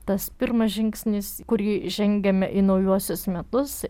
tas pirmas žingsnis kurį žengiame į naujuosius metus